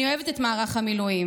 אני אוהבת את מערך המילואים.